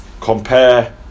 compare